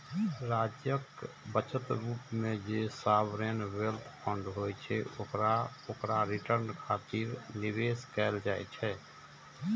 राज्यक बचत रूप मे जे सॉवरेन वेल्थ फंड होइ छै, ओकरा रिटर्न खातिर निवेश कैल जाइ छै